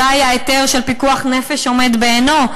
אזי ההיתר של פיקוח נפש עומד בעינו,